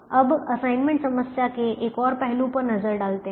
अब असाइनमेंट समस्या के एक और पहलू पर नजर डालते हैं